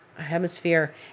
hemisphere